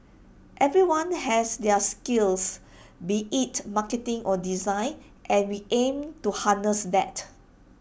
everyone has their skills be IT marketing or design and we aim to harness that